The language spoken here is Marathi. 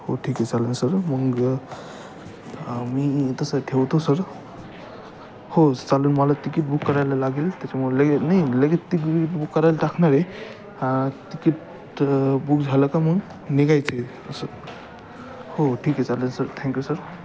हो ठीक आहे चालेल सर मग मी तसं ठेवतो सर हो चालेल मला तिकीट बुक करायला लागेल त्याच्यामुळे लगेच नाही लगेच तिक बुक करायला टाकणार आहे तिकीट बुक झालं का मग निघायचं आहे असं हो ठीक आहे चालेल सर थँक्यू सर